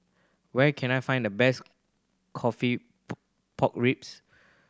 where can I find the best coffee pork ribs